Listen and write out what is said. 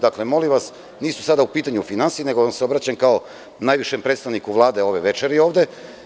Dakle, molim vas, nisu sada u pitanju finansije nego vam se obraćam kao najvišem predstavniku Vlade ove večeri ovde.